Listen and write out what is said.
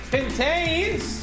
Contains